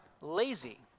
lazy